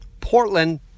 Portland